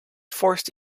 forced